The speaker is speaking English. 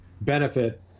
benefit